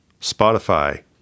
Spotify